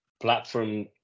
platform